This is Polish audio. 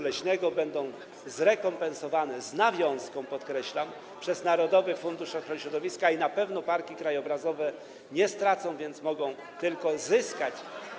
Leśnego będzie zrekompensowane z nawiązką - podkreślam - przez narodowy fundusz ochrony środowiska i na pewno parki krajobrazowe nie stracą, mogą tylko zyskać.